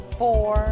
four